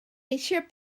eisiau